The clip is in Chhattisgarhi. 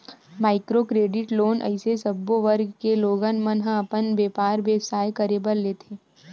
माइक्रो क्रेडिट लोन अइसे सब्बो वर्ग के लोगन मन ह अपन बेपार बेवसाय करे बर लेथे